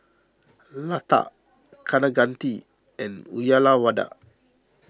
Lata Kaneganti and Uyyalawada